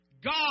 God